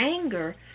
anger